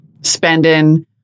spending